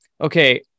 okay